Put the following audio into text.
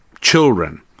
children